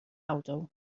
auto